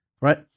right